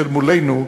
כאשר מולנו,